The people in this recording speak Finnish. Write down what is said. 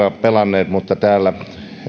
pelanneet mutta täällä